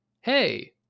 hey